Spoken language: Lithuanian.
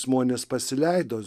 žmonės pasileido